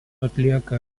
atlieka